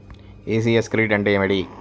ECS credit అంటే ఏమిటి?